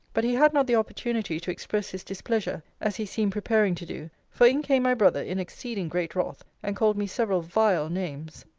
but he had not the opportunity to express his displeasure, as he seemed preparing to do for in came my brother in exceeding great wrath and called me several vile names.